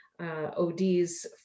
ODs